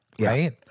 Right